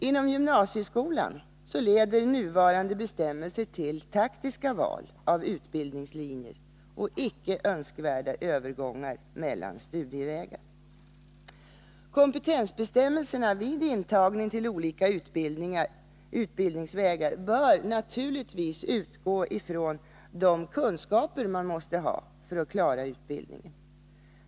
Inom gymnasieskolan leder nuvarande bestämmelser till taktiska val av utbildningslinjer och icke önskvärda övergångar mellan studievägar. Kompetensbestämmelserna vid intagning till olika utbildningsvägar bör naturligtvis utgå från de kunskaper man måste ha för att klara utbildningen.